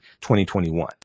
2021